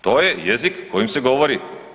To je jezik kojim se govori.